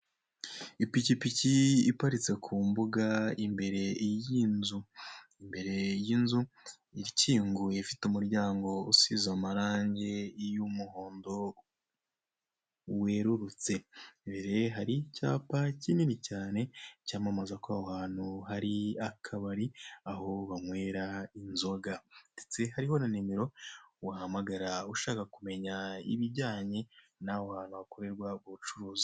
Ipikipiki iparitse ku mbuga imbere y'inzu ikinguye ifite umuryango usize amarange y'umuhondo werurutse, imbere hari icyapa kinini cyane cyamamaza ko aho hari akabari aho banywera inzoga, ndetse hariho na nimero wahamagara, ushaka kumenya ibijyanye na naho hantu hakorerwa ubucuruzi.